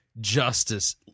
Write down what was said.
justice